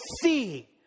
see